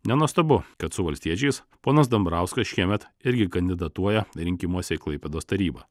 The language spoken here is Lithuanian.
nenuostabu kad su valstiečiais ponas dambrauskas šiemet irgi kandidatuoja rinkimuose į klaipėdos tarybą